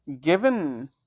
given